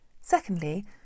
Secondly